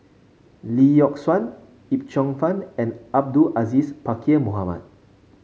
Lee Yock Suan Yip Cheong Fun and Abdul Aziz Pakkeer Mohamed